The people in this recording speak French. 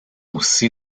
aussi